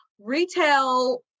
retail